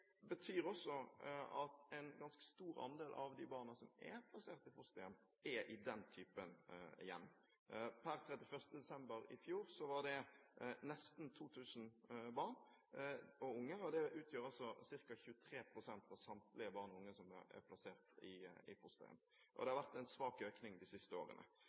betyr også at en ganske stor andel av de barna som er plassert i fosterhjem, er i den typen hjem. Per 31. desember i fjor var det nesten 2 000 barn og unge. Det utgjør altså ca. 23 pst. av samtlige barn og unge som er plassert i fosterhjem, og det har vært en svak økning de siste årene.